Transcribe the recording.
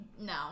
No